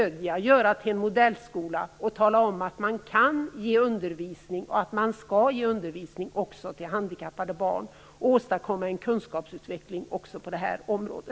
Vi skulle kunna göra skolan till en modellskola och tala om att man kan och skall ge undervisning också till handikappade barn, och åstadkomma en kunskapsutveckling också på detta område.